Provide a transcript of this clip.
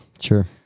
Sure